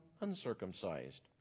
uncircumcised